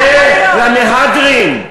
זה למהדרין.